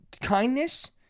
kindness